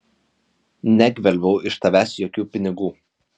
negvelbiau iš tavęs jokių pinigų